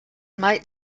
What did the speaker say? might